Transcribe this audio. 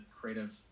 creative